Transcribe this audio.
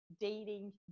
dating